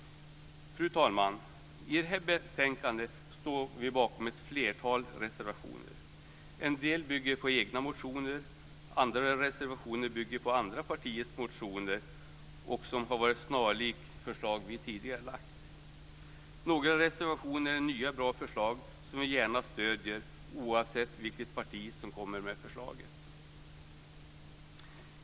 Fru talman! I det här betänkandet står vi bakom ett flertal reservationer. En del bygger på egna motioner. Andra reservationer bygger på andra partiers motioner som är snarlika förslag som vi tidigare har lagt fram. Några reservationer är nya bra förslag som vi gärna stöder oavsett vilket parti som har kommit med dem.